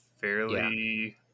fairly